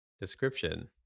description